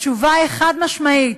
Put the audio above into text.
התשובה היא חד-משמעית.